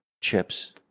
chips